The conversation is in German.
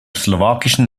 slowakischen